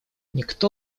никто